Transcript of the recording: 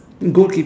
goal keep